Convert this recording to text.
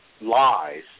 Lies